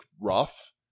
rough